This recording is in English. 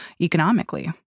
economically